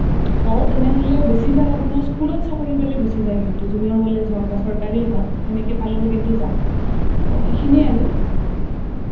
কওঁ তেনেহ'লে বেছিভাগ আপোনাৰ স্কুলত চাকৰি পালে গুচি যায় কিন্তু জুনিয়ৰ কলেজ হওঁক বা চৰকাৰীয়ে হওঁক সেনেকৈ পালেও কিন্তু যায় তো এইখিনিয়েই আৰু